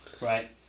right